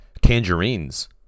Tangerines